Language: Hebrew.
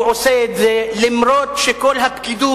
הוא עושה את זה למרות העובדה שכל הפקידות